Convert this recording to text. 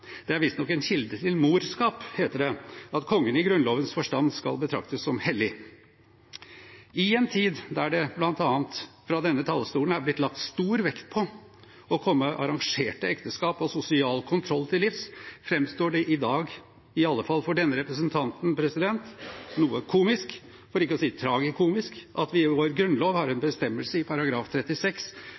Det er visstnok en kilde til «morskap», heter det, at kongen i Grunnlovens forstand skal betraktes som «hellig». I en tid da det bl.a. fra denne talerstolen er blitt lagt stor vekt på å komme arrangerte ekteskap og sosial kontroll til livs, framstår det i dag – i alle fall for denne representanten – noe komisk, for ikke å si tragikomisk, at vi i vår grunnlov har en bestemmelse i § 36